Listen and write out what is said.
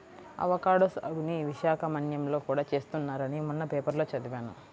avocado సాగుని విశాఖ మన్యంలో కూడా చేస్తున్నారని మొన్న పేపర్లో చదివాను